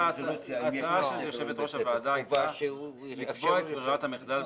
ההצעה של יושבת-ראש הוועדה הייתה לקבוע את ברירת המחדל,